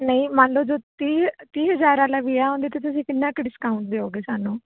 ਨਹੀਂ ਮੰਨ ਲਉ ਜੋ ਤੀਹ ਤੀਹ ਹਜ਼ਾਰ ਵਾਲਾ ਵੀ ਆ ਉਹਦੇ 'ਤੇ ਤੁਸੀਂ ਕਿੰਨਾ ਕੁ ਡਿਸਕਾਊਂਟ ਦਿਓਗੇ ਸਾਨੂੰ